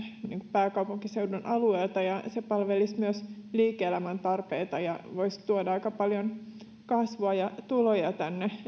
pääkaupunkiseudun alueelta ja se palvelisi myös liike elämän tarpeita ja voisi tuoda aika paljon kasvua ja tuloja tänne